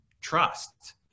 trust